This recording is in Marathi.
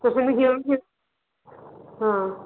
तोपर्यंत मी घेऊन ठेवते हां